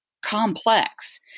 complex